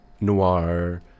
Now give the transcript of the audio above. noir